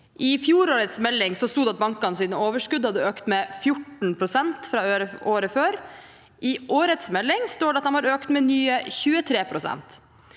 I fjorårets melding sto det at bankenes overskudd hadde økt med 14 pst. fra året før. I årets melding står det at det har økt med nye 23 pst.